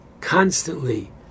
constantly